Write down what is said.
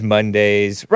Mondays